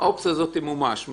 האופציה הזאת תמומש.